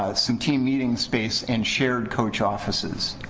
ah some team meeting space and shared coach offices.